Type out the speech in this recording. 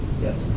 Yes